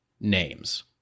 names